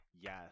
Yes